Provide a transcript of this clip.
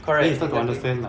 correct exactly